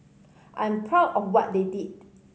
I'm proud of what they did